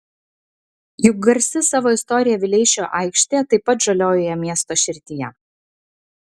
juk garsi savo istorija vileišio aikštė taip pat žaliojoje miesto širdyje